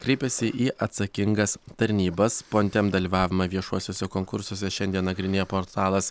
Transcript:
kreipiasi į atsakingas tarnybas pontem dalyvavimą viešuosiuose konkursuose šiandien nagrinėja portalas